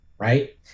Right